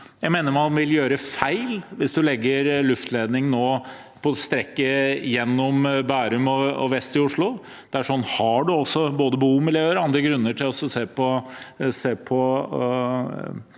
Jeg mener man vil gjøre feil hvis man nå legger luftledning på strekket gjennom Bærum og vest i Oslo. Der har man både bomiljøer og andre grunner til å se på